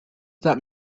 that